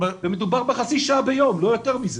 ומדובר בחצי שעה ביום, לא יותר מזה.